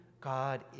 God